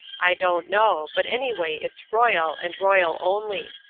i don't know but anyway it's royal, and royal only.